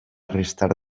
restar